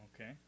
Okay